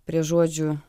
prie žodžio